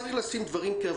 כל החינוך